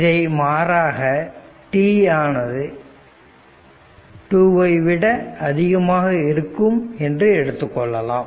இதை மாறாக t ஆனது 2 ஐ விட அதிகமாக இருக்கும் என்று எடுத்துக் கொள்ளலாம்